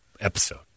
episode